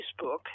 Facebook